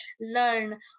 learn